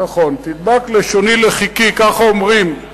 נכון, תדבק לשוני לחכי, ככה אומרים.